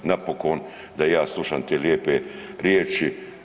Napokon da i ja slušam te lijepe riječi.